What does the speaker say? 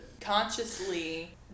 consciously